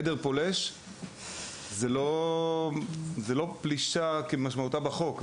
עדר פולש זו לא פלישה כמשמעותה בחוק,